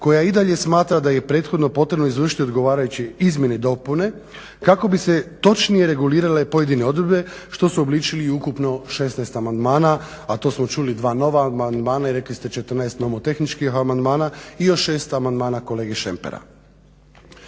koja i dalje smatra da je prethodno potrebno izvršiti odgovarajuće izmjene i dopune kako bi se točnije regulirale pojedine odredbe što su obličili ukupno 16 amandmana a to smo čuli dva nova amandmana i rekli ste 14 nomotehničkih amandmana i još 6 amandmana kolege Šempera.